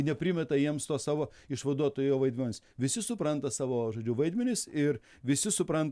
neprimeta jiems to savo išvaduotojo vaidmens visi supranta savo vaidmenis ir visi supran